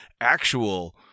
actual